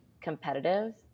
competitive